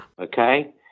Okay